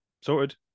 sorted